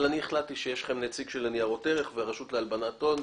יש לכם נציג של רשות ניירות ערך ושל הרשות לאיסור הלבנת הון.